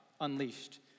unleashed